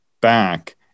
back